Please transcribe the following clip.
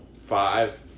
five